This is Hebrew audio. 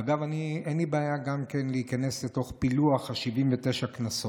אגב, אין לי בעיה גם להיכנס לתוך פילוח 79 הקנסות.